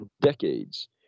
decades